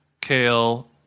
kale